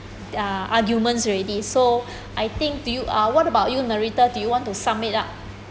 uh arguments already so I think do you uh what about you narrator do you want to sum it up